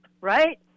right